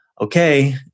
okay